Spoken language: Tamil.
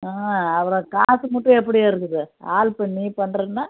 ஹூம் அப்புறம் காசு மட்டும் எப்படி வருது ஆள் பண்ணி பண்றதுனால்